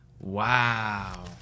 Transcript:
wow